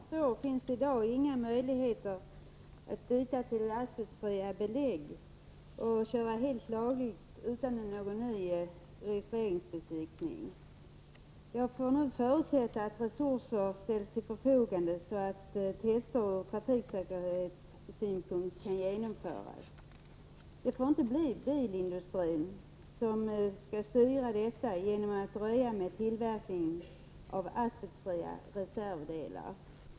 Herr talman! Såvitt jag förstår finns det i dag inga möjligheter att byta till asbestfria belägg och köra helt lagligt utan någon ny registreringsbesiktning. Jag får nu förutsätta att resurser ställs till förfogande så att tester ur trafiksäkerhetssynpunkt kan genomföras. Det får inte bli så att bilindustrin styr detta genom att dröja med tillverkningen av asbestfria reservdelar.